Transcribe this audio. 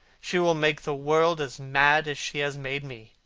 she will make the world as mad as she has made me.